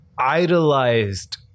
idolized